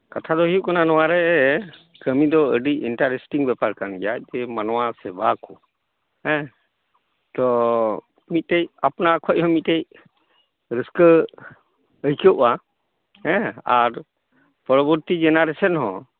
ᱦᱩᱸ ᱦᱩᱸ ᱠᱟᱛᱷᱟ ᱫᱚ ᱦᱩᱭᱩᱜ ᱠᱟᱱᱟ ᱱᱚᱣᱟ ᱨᱮ ᱠᱟᱹᱢᱤ ᱫᱚ ᱟᱹᱰᱤ ᱤᱱᱴᱟᱨᱤᱥᱴᱤᱝ ᱵᱮᱯᱟᱨ ᱠᱟᱱ ᱜᱮᱭᱟ ᱡᱮ ᱢᱟᱱᱣᱟ ᱥᱮᱵᱟ ᱠᱚ ᱦᱮᱸ ᱛᱚ ᱢᱤᱫᱴᱮᱡ ᱟᱯᱱᱟᱨ ᱠᱷᱚᱡ ᱦᱚᱸ ᱢᱤᱫᱴᱮᱡ ᱨᱟᱹᱥᱠᱟᱹ ᱟᱹᱭᱠᱟᱹᱣᱼᱟ ᱦᱮᱸ ᱟᱨ ᱯᱚᱨᱚᱵᱚᱨᱛᱤ ᱡᱮᱱᱟᱨᱮᱥᱮᱱ ᱦᱚᱸ